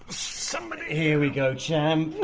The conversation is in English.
somebody! here we go, champ!